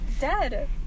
dead